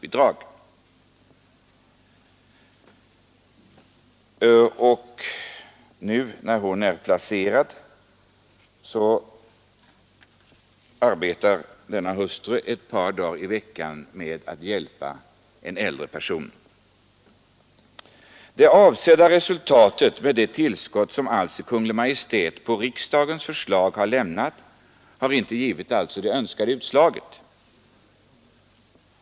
Nu när Oldenburgs moder är placerad, arbetar hustrun ett par dagar i veckan med att hjälpa en annan äldre person. Det tillskott som alltså Kungl. Maj:t på riksdagens förslag lämnat har alltså inte givit det önskade utslaget.